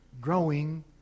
growing